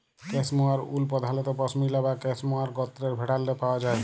cashmere wool পধালত পশমিলা বা ক্যাসমোয়ার গত্রের ভেড়াল্লে পাউয়া যায়